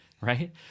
right